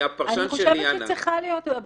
אם התובעת אומרת שהיא לא יודעת מכלום, מה קורה אז?